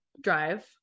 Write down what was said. drive